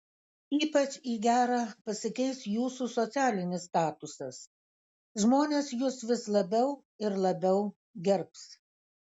ypač į gerą pasikeis jūsų socialinis statusas žmonės jus vis labiau ir labiau gerbs